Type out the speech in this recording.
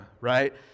right